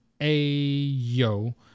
Ayo